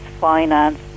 finance